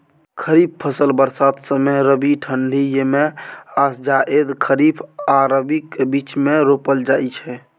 खरीफ फसल बरसात समय, रबी ठंढी यमे आ जाएद खरीफ आ रबीक बीचमे रोपल जाइ छै